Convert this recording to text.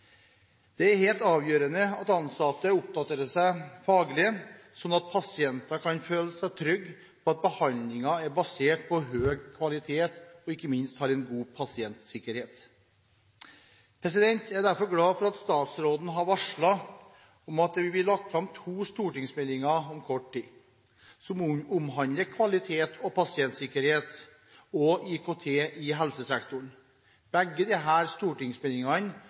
Det er helt avgjørende at ansatte oppdaterer seg faglig, sånn at pasienter kan føle seg trygge på at behandlingen er basert på høy kvalitet og ikke minst har en god pasientsikkerhet. Jeg er derfor glad for at statsråden har varslet at det om kort tid vil bli lagt fram to stortingsmeldinger som omhandler kvalitet og pasientsikkerhet og IKT i helsesektoren. Begge disse stortingsmeldingene